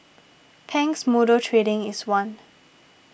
Pang's Motor Trading is one